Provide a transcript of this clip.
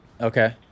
Okay